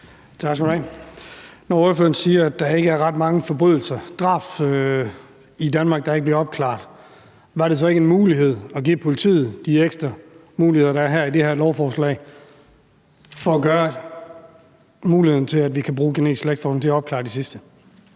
Når ordføreren siger, at der ikke er ret mange forbrydelser – drab – i Danmark, der ikke bliver opklaret, var det så ikke en mulighed at give politiet de ekstra muligheder, der er i det her lovforslag, for at gøre det muligt med genetisk slægtsforskning at opklare de sidste?